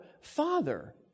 Father